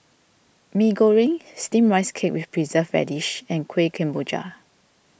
Mee Goreng Steamed Rice Cake with Preserved Radish and Kueh Kemboja